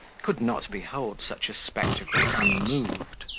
could not behold such a spectacle unmoved.